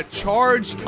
charge